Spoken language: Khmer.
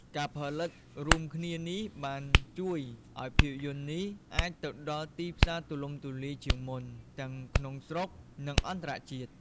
ការផលិតរួមគ្នានេះបានជួយឱ្យភាពយន្តនេះអាចទៅដល់ទីផ្សារទូលំទូលាយជាងមុន ទាំងក្នុងស្រុក និងអន្តរជាតិ ។